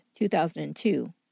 2002